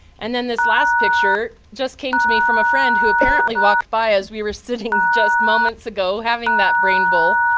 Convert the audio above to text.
and then this last picture just came to me from a friend, who apparently walked by as we were sitting, just moments ago, having that brain bowl,